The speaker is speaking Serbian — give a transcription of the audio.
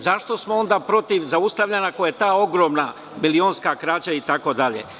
Zašto smo onda protiv zaustavljanja, ako je ta ogromna bilionska krađa itd?